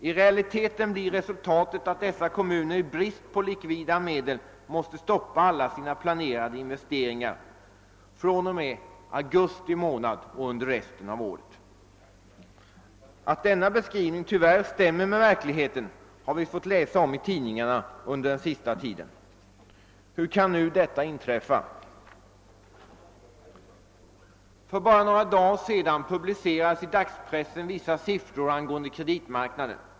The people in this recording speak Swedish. I realiteten blev resultatet att dessa kommuner i brist på likvida medel måst stoppa alla sina planerade investeringar från och med augusti månad och under resten av året. Att denna beskrivning tyvärr stämmer med verkligheten har vi fått läsa om i tidningarna under den senaste tiden. Hur kan nu detta inträffa? För bara några dagar sedan publicerades i dagspressen vissa siffror angående kreditmarknaden.